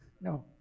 No